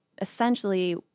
essentially